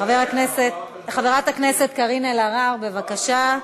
חברת הכנסת קארין אלהרר, בבקשה.